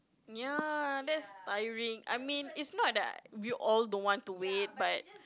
ya that's tiring I mean it's not like we all don't want to wait but